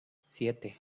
siete